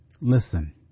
Listen